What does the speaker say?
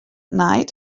night